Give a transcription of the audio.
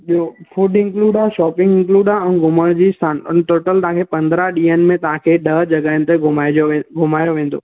ॿियो food include आहे shopping include आहे ऐं घुमण जे स्थान ऐं टोटल तव्हां खे पंदरहं ॾींहंनि में तव्हां खे ॾह जॻहिनि ते तव्हां खे घुमाइजो घुमाईंदो वेंदो